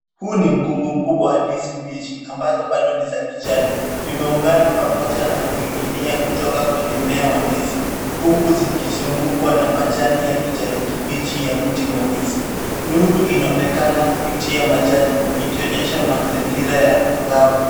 Hu ni mkungu mkubwa wa ndizi ambazo bado ni za kijani kibichi. Imeungana pamoja na kuning'inia kutoka kwenye mmea wa ndizi, huku zikizungukwa na majani ya kijani kibichi ya mti wa ndizi. Nyuru inaonekana kupitia majani, ikionyesha mazingira ya angavu.